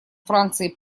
францией